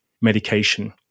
medication